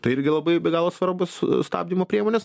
tai irgi labai be galo svarbios stabdymo priemonės